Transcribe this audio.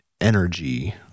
energy